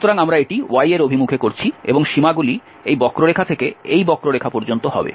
সুতরাং আমরা এটি y এর অভিমুখে করছি এবং সীমাগুলি এই বক্ররেখা থেকে এই বক্ররেখা পর্যন্ত হবে